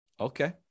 okay